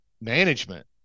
management